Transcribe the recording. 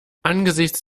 angesichts